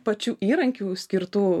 pačių įrankių skirtų